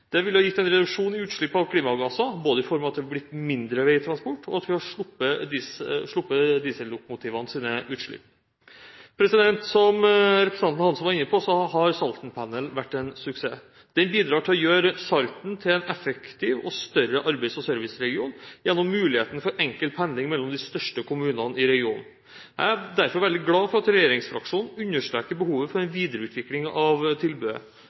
ville gitt en reduksjon i utslipp av klimagasser, både i form av at det hadde blitt mindre veitransport, og at vi hadde sluppet diesellokomotivenes utslipp. Som representanten Hansen var inne på, har Saltenpendelen vært en suksess. Den bidrar til å gjøre Salten til en effektiv og større arbeids- og serviceregion gjennom muligheten for enkel pendling mellom de største kommunene i regionen. Jeg er derfor veldig glad for at regjeringsfraksjonen understreker behovet for en videreutvikling av tilbudet.